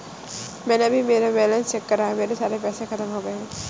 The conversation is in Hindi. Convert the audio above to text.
मैंने अभी मेरा बैलन्स चेक करा है, मेरे सारे पैसे खत्म हो गए हैं